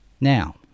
Now